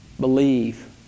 believe